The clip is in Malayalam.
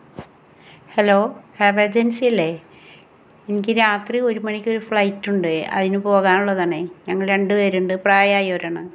ഹെലോ ഹാവേജൻസിയല്ലേ എനിക്ക് രാത്രി ഒരു മണിക്കൊരു ഫ്ലൈറ്റുണ്ട് ഐന് പോകാനുള്ളതാണെ ഞങ്ങൾ രണ്ട് പേരുണ്ട് പ്രായായോരാണ്